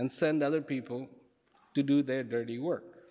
and send other people to do their dirty work